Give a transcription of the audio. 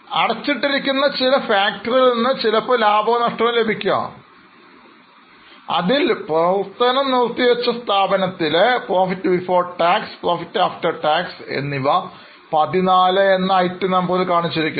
അടച്ചിട്ടിരിക്കുന്ന ചില ഫാക്ടറികളിൽ നിന്ന് ചിലപ്പോ ലാഭമോ നഷ്ടമോ ലഭിക്കാം അതിനാൽ പ്രവർത്തനം നിർത്തിവെച്ച സ്ഥാപനത്തിലെ Profit before tax profit after tax എന്നിവ XIV എന്ന ഐറ്റം നമ്പറിൽ കാണിച്ചിരിക്കുന്നു